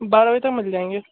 बारह बजे तक मिल जाएँगे